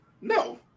no